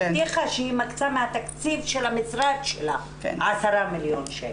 היא הבטיחה שהיא מקצה מהתקציב של המשרד שלה 10 מיליון שקלים.